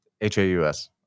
H-A-U-S